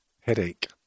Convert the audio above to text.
headache